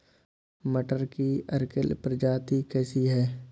मटर की अर्किल प्रजाति कैसी है?